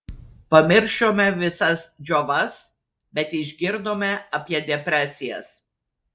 pamiršome visas džiovas bet išgirdome apie depresijas